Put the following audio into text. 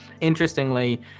Interestingly